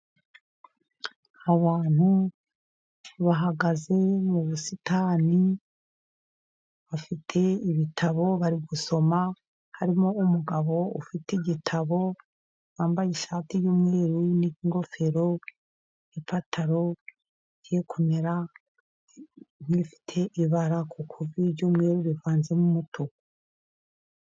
Abantu bahagaze mu busitani bafite ibitabo bari gusoma, harimo umugabo ufite igitabo wambaye ishati y'umweru n'ingofero n'ipantaro igiye kumera nk'ifite ibara ku kuguru ry'umweru rivanzemo n'umutuku.